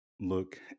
Look